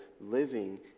living